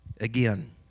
Again